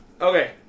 Okay